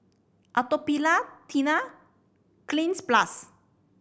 Atopiclair Tena Cleanz Plus